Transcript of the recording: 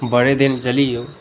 बड़े दिन चली ओह्